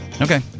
Okay